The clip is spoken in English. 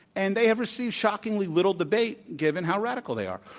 and they have received shockingly little debate, given how radical they are.